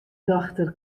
dochter